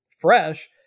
fresh